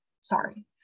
sorry